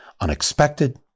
unexpected